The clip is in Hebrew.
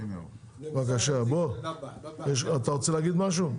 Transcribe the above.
בבקשה בוא אתה רוצה להגיד משהו?